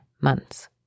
months